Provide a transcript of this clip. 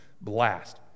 blast